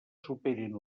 superin